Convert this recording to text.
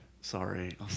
Sorry